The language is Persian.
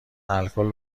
الکل